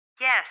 Yes